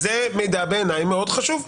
זה מידע בעיניי מאוד חשוב.